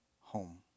home